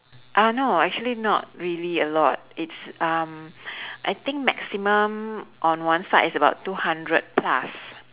uh no actually not really a lot it's um I think maximum on one side is about two hundred plus